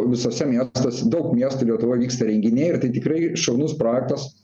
visuose miestuose daug miestų lietuvoj vyksta renginiai tikrai šaunus projektas